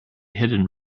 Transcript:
hidden